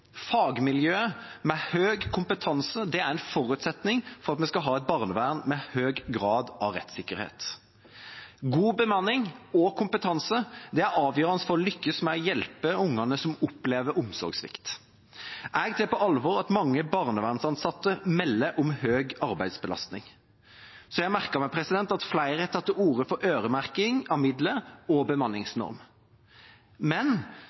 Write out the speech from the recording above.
med høy kompetanse er en forutsetning for at vi skal ha et barnevern med høy grad av rettssikkerhet. God bemanning og kompetanse er avgjørende for å lykkes med å hjelpe de ungene som opplever omsorgssvikt. Jeg tar på alvor at mange barnevernsansatte melder om høy arbeidsbelastning. Så har jeg merket meg at flere har tatt til orde for øremerking av midler og bemanningsnorm. Men